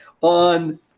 on